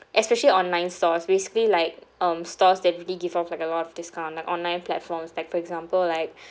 especially online source basically like um stores that really give off like a lot of discount like online platforms like for example like